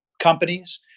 companies